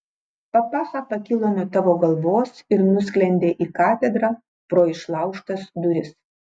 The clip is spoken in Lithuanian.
papacha pakilo nuo tavo galvos ir nusklendė į katedrą pro išlaužtas duris